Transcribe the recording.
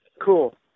Cool